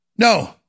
No